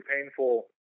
painful